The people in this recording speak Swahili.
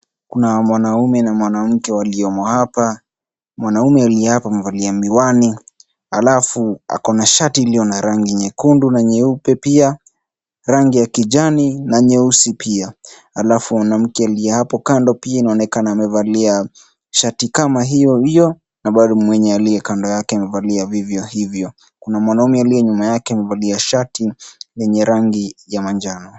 Kuna mwanamume na mwanamke waliomo hapa. Mwanamume aliye hapa amevalia miwani halafu ako na shati iliyo na rangi nyekundu na nyeupe pia rangi ya kijani na nyeusi pia halafu mwanamke aliye hapo kando pia inaonekana amevalia shati kama hiyo hiyo na bado mwenye aliye kando yake amevalia vivyo hivyo. Kuna mwanamume aliye nyuma yake amevalia shati lenye rangi ya manjano.